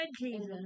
Jesus